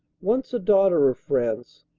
once a daughter of france,